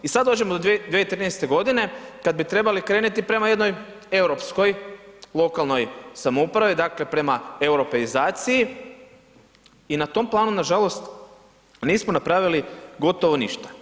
I sad dođemo 2013. godine kad bi trebali krenuti prema jednoj europskoj lokalnoj samoupravi, dakle prema europeizaciji i na tom planu nažalost nismo napravili gotovo ništa.